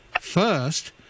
first